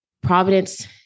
Providence